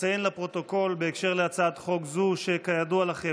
אציין לפרוטוקול בהקשר של הצעת חוק זאת שכידוע לכם,